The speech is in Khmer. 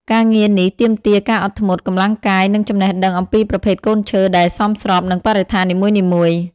ការងារនេះទាមទារការអត់ធ្មត់ កម្លាំងកាយ និងចំណេះដឹងអំពីប្រភេទកូនឈើដែលសមស្របនឹងបរិស្ថាននីមួយៗ។